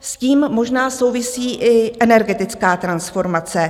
S tím možná souvisí i energetická transformace.